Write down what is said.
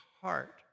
heart